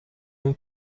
اون